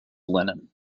lenin